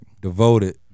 devoted